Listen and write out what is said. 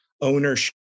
ownership